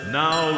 now